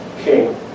king